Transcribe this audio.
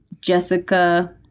Jessica